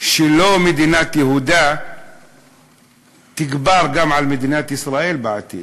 שלא תגבר מדינת יהודה גם על מדינת ישראל בעתיד,